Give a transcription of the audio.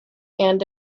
and